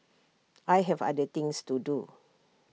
I have other things to do